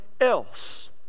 else